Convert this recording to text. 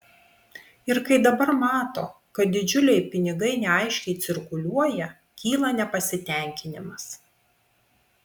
ir kai dabar mato kad didžiuliai pinigai neaiškiai cirkuliuoja kyla nepasitenkinimas